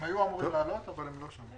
הם היו אמורים לעלות בזום אבל הם לא שם.